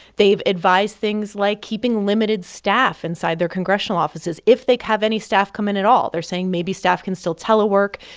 they've advised things like keeping limited staff inside their congressional offices if they have any staff come in at all. they're saying maybe staff can still telework.